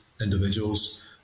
individuals